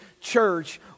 church